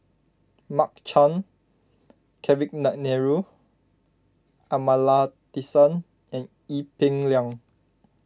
Mark Chan Kavignareru Amallathasan and Ee Peng Liang